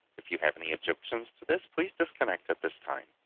if you have any objections to this please disconnect at this time.